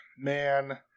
man